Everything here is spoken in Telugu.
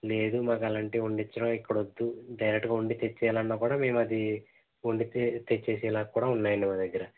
లేదు మాకు అలాంటి వండిచ్చడం ఇక్కడ వద్దు డైరెక్ట్గా వండి తెచ్చేయాలన్నా కూడా మేము అది వండితే తెచ్చేసే లాగా కూడా ఉన్నాయి అండి మా దగ్గర